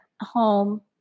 home